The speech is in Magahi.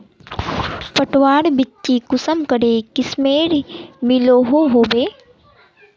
पटवार बिच्ची कुंसम करे किस्मेर मिलोहो होबे?